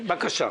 בבקשה.